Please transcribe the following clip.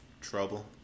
trouble